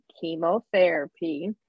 chemotherapy